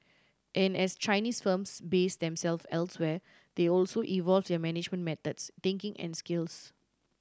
and as Chinese firms base themselves elsewhere they also evolve their management methods thinking and skills